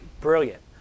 Brilliant